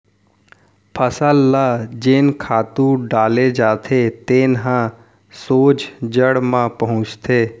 फसल ल जेन खातू डाले जाथे तेन ह सोझ जड़ म पहुंचथे